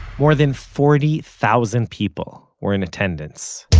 more than forty thousand people were in attendance